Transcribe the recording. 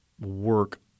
work